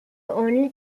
only